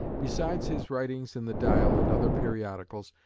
besides his writings in the dial and other periodicals,